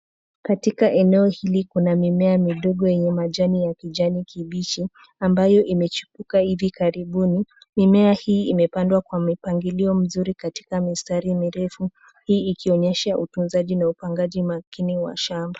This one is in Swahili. Katika eneo hili kuna mimea midogo yenye majani ya kijani kibichi ambayo imechipuka hivi karibuni. Mimea hii imepandwa kwa mipangilio mzuri katika mistari mirefu hii ikionyesha utunzaji na upangaji makini wa shamba.